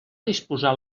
disposar